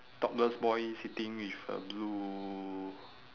topless boy sitting with a blue